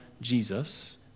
Jesus